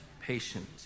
patient